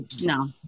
No